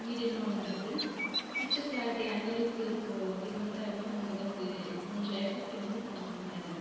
மீடியமாக வந்திருக்கு picture clarity அந்தளவுக்கு இப்போது த்ரீ மன்த் ஆகிறதுனால அந்தளவுக்கு கொஞ்சம் எஃபக்ட் வந்து கொஞ்சம் கம்மியாகதான் இருக்குது